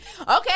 Okay